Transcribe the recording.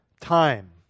time